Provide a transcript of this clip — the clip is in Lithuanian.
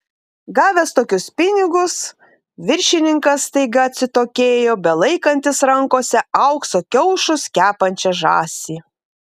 gavęs tokius pinigus viršininkas staiga atsitokėjo belaikantis rankose aukso kiaušus kepančią žąsį